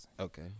Okay